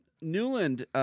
Newland